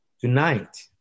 Tonight